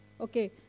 Okay